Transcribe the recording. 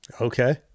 Okay